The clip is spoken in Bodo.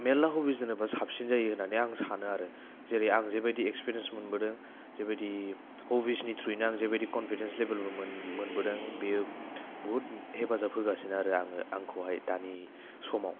मेरल्ला हभिस दोनोब्ला साबसिन जायो होननानै आं सानो आरो जेरै आं जेबादि एक्सफिरेन्स मोनबोदों जेबायदि हभिसनि थ्रुयैनो जेबायदि कनफिदेन्स लेबेलबो मोन मोनबोदों बेयो बुहुत हेफाजाब होगासिनो आरो आङो आंखौहाय दानि समाव